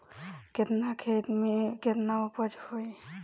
केतना खेत में में केतना उपज होई?